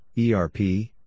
ERP